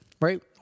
Right